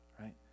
right